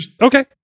Okay